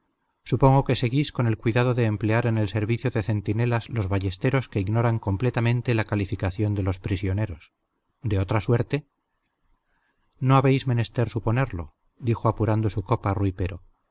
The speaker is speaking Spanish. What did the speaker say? supongo que seguís con el cuidado de emplear en el servicio de centinelas los ballesteros que ignoran completamente la calificación de los prisioneros de otra suerte no habéis menester suponerlo dijo apurando su copa rui pero